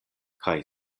kaj